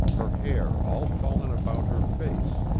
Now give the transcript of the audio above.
her hair all fallen about her face,